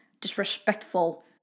disrespectful